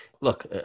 look